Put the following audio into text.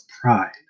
pride